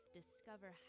Discover